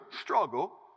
struggle